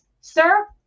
sir